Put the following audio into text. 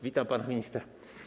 Witam pana ministra.